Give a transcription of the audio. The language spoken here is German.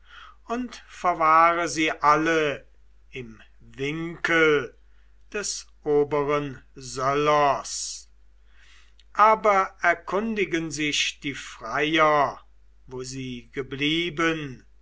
und verwahre sie alle im winkel des oberen söllers aber erkundigen sich die freier wo sie geblieben